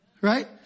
right